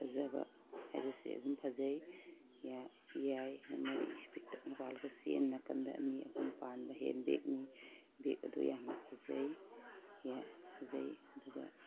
ꯐꯖꯕ ꯍꯥꯏꯕꯁꯦ ꯑꯗꯨꯝ ꯐꯖꯩ ꯌꯥꯏ ꯆꯦꯟ ꯅꯥꯀꯟꯗ ꯑꯅꯤ ꯑꯍꯨꯝ ꯄꯥꯟꯕ ꯍꯦꯟ ꯕꯦꯒꯅꯤ ꯕꯦꯒ ꯑꯗꯨ ꯌꯥꯝꯅ ꯐꯖꯩ ꯐꯖꯩ ꯑꯗꯨꯒ